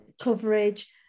coverage